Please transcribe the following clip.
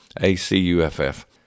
A-C-U-F-F